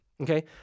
Okay